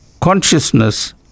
consciousness